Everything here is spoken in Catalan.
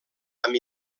amb